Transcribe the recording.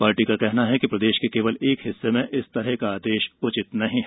party का कहना है कि प्रदेश के केवल एक हिस्से में इस तरह का आदेश उचित नहीं हैं